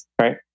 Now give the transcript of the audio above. Right